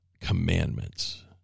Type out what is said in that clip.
commandments